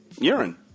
Urine